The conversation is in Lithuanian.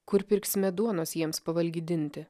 kur pirksime duonos jiems pavalgydinti